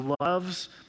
loves